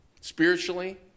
spiritually